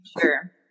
Sure